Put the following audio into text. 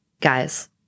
Guys